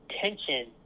tension